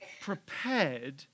prepared